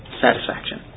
Satisfaction